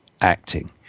acting